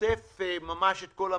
ששוטף את כל המשק.